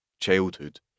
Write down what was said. childhood